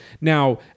Now